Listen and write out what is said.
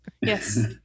Yes